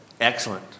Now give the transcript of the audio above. Excellent